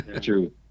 True